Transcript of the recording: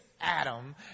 Adam